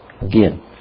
Again